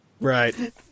Right